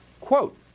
Quote